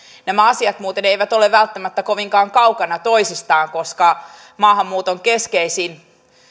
nämä asiat muuten eivät ole välttämättä kovinkaan kaukana toisistaan koska maahanmuuton keskeisin